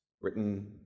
written